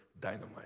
dynamite